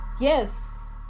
yes